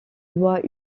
doit